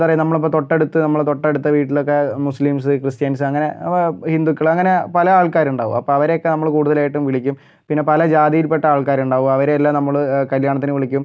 എന്താ പറയുക നമ്മളിപ്പം തൊട്ടടുത്ത് നമ്മുടെ തൊട്ടടുത്ത വീട്ടിലൊക്കെ മുസ്ലിംസ് ക്രിസ്ത്യൻസ് അങ്ങനെ ഹിന്ദുക്കള് അങ്ങനെ പല ആൾക്കാരുണ്ടാവും അപ്പം അവരെയൊക്കെ നമ്മള് കൂടുതലായിട്ടും വിളിക്കും പിന്നെ പല ജാതിയിൽപ്പെട്ട ആൾക്കാരുണ്ടാവും അവരെയെല്ലാം നമ്മള് കല്യാണത്തിന് വിളിക്കും